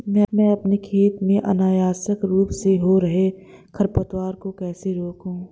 मैं अपने खेत में अनावश्यक रूप से हो रहे खरपतवार को कैसे रोकूं?